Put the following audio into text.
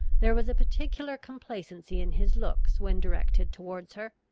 there was a particular complacency in his looks when directed towards her.